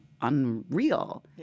Unreal